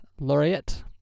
laureate